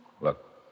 Look